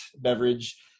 beverage